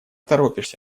торопишься